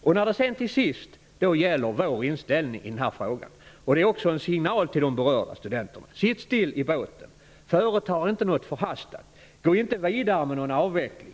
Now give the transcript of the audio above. Jag vill till sist när det gäller vår inställning i denna fråga ge en signal till de berörda studenterna att sitta still i båten, inte företa sig något förhastat och inte gå vidare med någon avveckling.